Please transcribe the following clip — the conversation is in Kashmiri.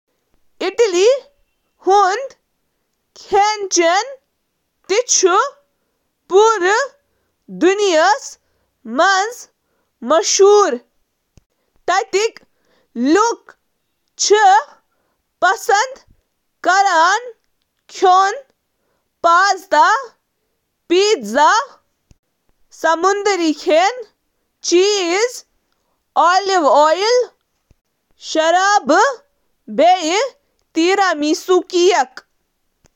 اطالوی کھٮ۪نَن ہٕنٛز خصوٗصیت چھِ امچہِ سادٕگی سۭتۍ، یَتھ منٛز واریٛاہَن سِنٮ۪ن منٛز چھِ صرف ژور پٮ۪ٹھ ٲٹھ اجزاء آسان۔ اطالوی مینوَن منٛز چھِ اکثر مُختٔلِف قٕسمٕک پاستا ڈِش، پیزا، ریسوٹو، تہٕ سمندری غذا تہٕ ماز کھٮ۪نَن ہٕنٛز اکھ وسیع رینج آسان۔ تِم چھِ علاقٲیی خصوٗصِیَتن تہٕ تازٕ، اعلیٰ معیارٕک، موسمی اجزاہَن پٮ۪ٹھ تہِ زور دِوان۔